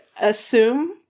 assume